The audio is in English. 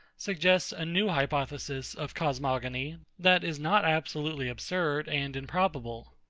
suggests a new hypothesis of cosmogony, that is not absolutely absurd and improbable.